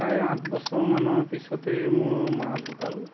প্ৰায় আঠ বছৰমানৰ পিছতেই মোৰ মা ঢুকাল